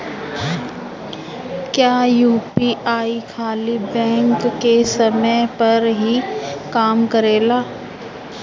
क्या यू.पी.आई खाली बैंक के समय पर ही काम करेला?